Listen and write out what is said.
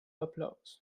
applaus